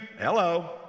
hello